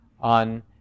on